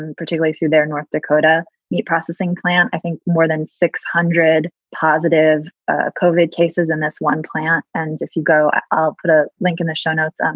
and particularly through their north dakota meat processing plant. i think more than six hundred positive ah coverage cases and this one plant. and if you go put a link in the show notes. um